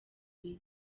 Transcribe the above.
isi